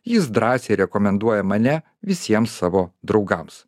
jis drąsiai rekomenduoja mane visiems savo draugams